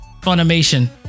Funimation